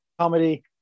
comedy